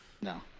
No